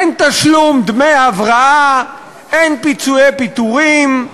אין תשלום דמי הבראה, אין פיצויי פיטורים,